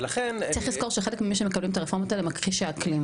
צריך לזכור שחלק ממי שמקדמים את הרפורמות האלה מכחישי אקלים,